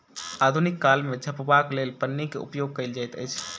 आधुनिक काल मे झपबाक लेल पन्नीक उपयोग कयल जाइत अछि